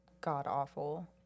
god-awful